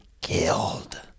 killed